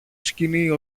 σκοινί